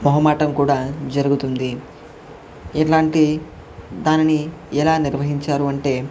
మొహమాటం కూడా జరుగుతుంది ఇలాంటి దానిని ఎలా నిర్వహించారు అంటే